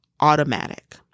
automatic